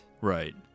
Right